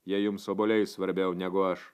jei jums obuoliai svarbiau negu aš